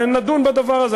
ונדון בדבר הזה.